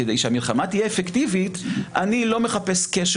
כדי שהמלחמה תהיה אפקטיבית אני לא מחפש קשר.